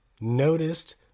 noticed